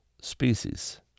species